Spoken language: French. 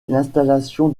l’installation